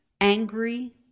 angry